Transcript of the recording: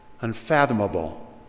unfathomable